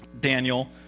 Daniel